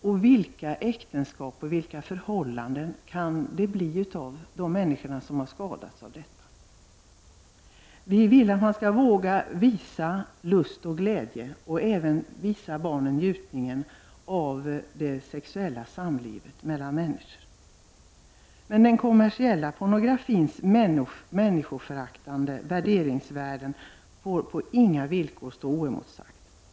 Och vilka äktenskap och förhållanden hamnar de människor i som har skadats av detta? Vi vill att man skall våga visa barnen lust och glädje och även njutningen av det sexuella samlivet mellan människor. Men den kommersiella pornografins människoföraktande värderingar får på inga villkor stå oemotsagda.